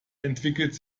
entwickelte